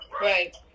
Right